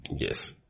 Yes